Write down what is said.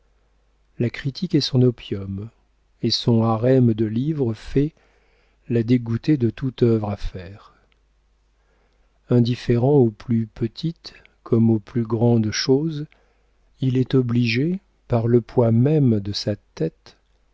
la critique est son opium et son harem de livres faits l'a dégoûté de toute œuvre à faire indifférent aux plus petites comme aux plus grandes choses il est obligé par le poids même de sa tête